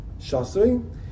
Shasui